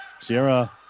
Sierra